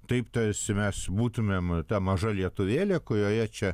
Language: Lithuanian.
taip tarsi mes būtumėm ta maža lietuvėlė kurioje čia